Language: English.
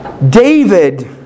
David